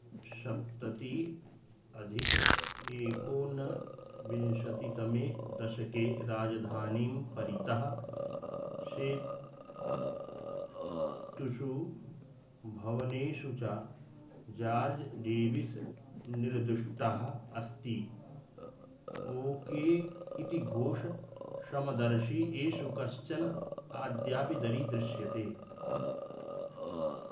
सप्तत्यधिक एकोनविंशतितमे दशके राजधानीं परितः शेतुषु भवनेषु च जार्ज् डेविस् निर्दुष्टः अस्ति ओ के इति घोषः समदर्शि येषु कश्चन अद्यापि दरीदृश्यते